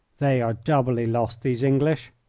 they are doubly lost, these english.